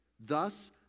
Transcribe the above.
Thus